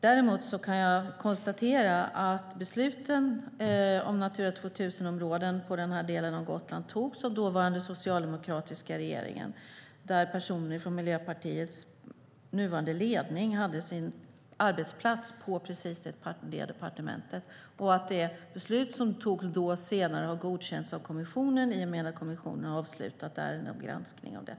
Däremot kan jag konstatera att beslutet om Natura 2000-områden i den här delen av Gotland togs av den dåvarande socialdemokratiska regeringen, och personer i Miljöpartiets nuvarande ledning hade då sin arbetsplats på just det departementet. Det beslut som då togs har senare godkänts av kommissionen i och med att kommissionen har avslutat ärendegranskningen.